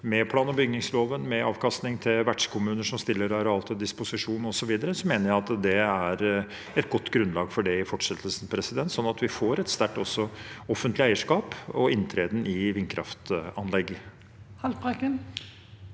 med plan- og bygningsloven, med avkastning til vertskommuner som stiller areal til disposisjon osv., mener jeg at det er et godt grunnlag for det i fortsettelsen, sånn at vi også får et sterkt offentlig eierskap og inntreden i vindkraftanlegg. Lars Haltbrekken